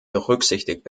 berücksichtigt